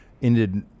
ended